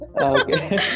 Okay